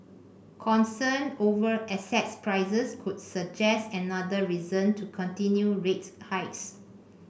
concern over asset prices could suggest another reason to continue rate hikes